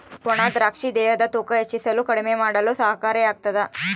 ಒಣ ದ್ರಾಕ್ಷಿ ದೇಹದ ತೂಕ ಹೆಚ್ಚಿಸಲು ಕಡಿಮೆ ಮಾಡಲು ಸಹಕಾರಿ ಆಗ್ತಾದ